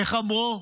איך אמרו?